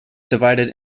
divided